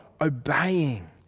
obeying